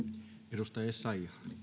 arvoisa